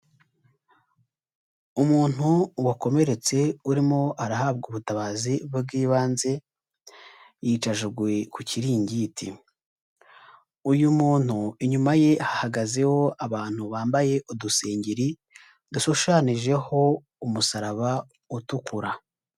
Umuntu wakomeretse urimo arahabwa ubutabazi bw'ibanze, yicajwe ku kiringiti. Uyu muntu inyuma ye hahagazeho abantu bambaye udusengeri dushushanyijeho umusaraba utukura.